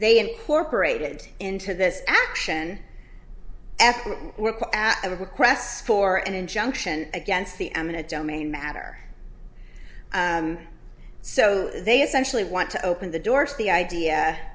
they incorporated into this action after a request for an injunction against the eminent domain matter so they essentially want to open the doors the idea